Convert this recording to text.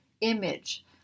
image